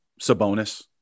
Sabonis